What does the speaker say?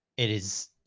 it is,